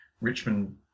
Richmond